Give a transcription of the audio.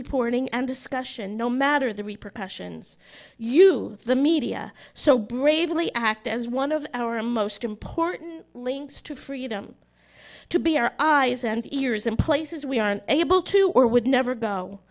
reporting and discussion no matter the repercussions you the media so bravely act as one of our most important links to freedom to be our eyes and ears in places we aren't able to or would never go